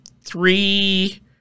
three